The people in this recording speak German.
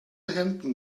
hemden